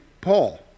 Paul